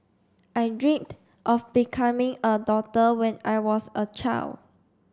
I dreamed of becoming a doctor when I was a child